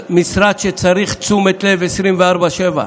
זה משרד שצריך תשומת לב 24/7,